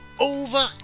over